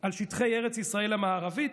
על שטחי ארץ ישראל המערבית,